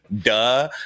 duh